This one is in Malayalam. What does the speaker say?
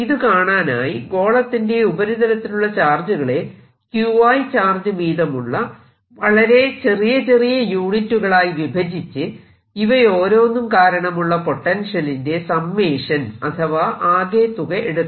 ഇത് കാണാനായി ഗോളത്തിന്റെ ഉപരിതലത്തിലുള്ള ചാർജുകളെ Qi ചാർജ് വീതമുള്ള വളരെ ചെറിയ ചെറിയ യൂണിറ്റുകളായി വിഭജിച്ച് ഇവയോരോന്നും കാരണമുള്ള പൊട്ടൻഷ്യലിന്റെ സമ്മേഷൻ അഥവാ ആകെത്തുക എടുക്കണം